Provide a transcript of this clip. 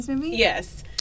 Yes